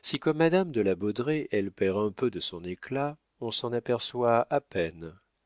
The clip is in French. si comme madame de la baudraye elle perd un peu de son éclat on s'en aperçoit à peine